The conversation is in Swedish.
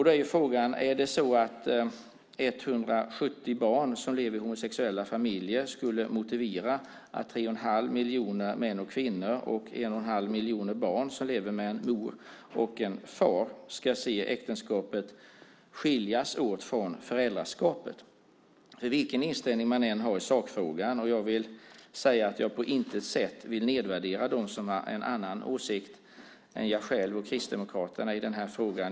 Då är frågan: Är det så att 170 barn som lever i homosexuella familjer skulle motivera att tre och en halv miljoner män och kvinnor och en och en halv miljoner barn som lever med en mor och en far ska se äktenskapet skiljas åt från föräldraskapet? Vilken inställning man än har i sakfrågan vill jag säga att jag på intet sätt vill nedvärdera dem som har en annan åsikt än jag själv och Kristdemokraterna i den här frågan.